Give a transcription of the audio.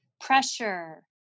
pressure